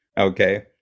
Okay